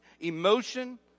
emotion